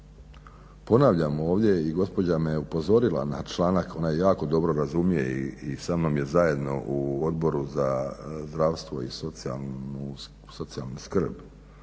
Ponavljam ovdje i gospođa me upozorila na članak, ona jako dobro razumije i samnom je zajedno u Odboru za zdravstvo i socijalnu skrb.